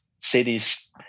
cities